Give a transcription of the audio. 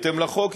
בהתאם לחוק,